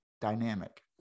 dynamic